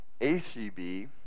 ACB